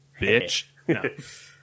Bitch